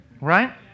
Right